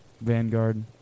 Vanguard